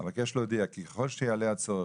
אבקש להודיע כי ככל שיעלו הצעות,